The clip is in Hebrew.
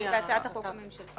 1,500 זאת הצעת החוק הממשלתית.